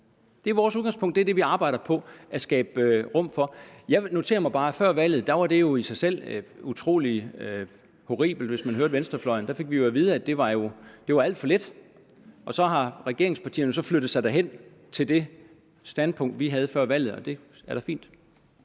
Det er vores udgangspunkt, og det er det, vi arbejder på at skabe rum for. Jeg noterer mig bare, at før valget var det jo i sig selv ifølge venstrefløjen utrolig horribelt. Der fik vi jo at vide, at det var alt for lidt. Så har regeringspartierne så flyttet sig hen til det standpunkt, som vi havde før valget. Det er da fint.